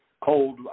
cold